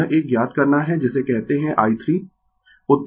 यह एक ज्ञात करना है जिसे कहते है i 3